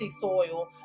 soil